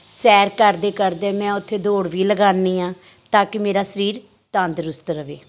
ਸੈਰ ਕਰਦੇ ਕਰਦੇ ਮੈਂ ਉੱਥੇ ਦੌੜ ਵੀ ਲਗਾਉਂਦੀ ਹਾਂ ਤਾਂ ਕਿ ਮੇਰਾ ਸਰੀਰ ਤੰਦਰੁਸਤ ਰਹੇ